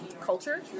culture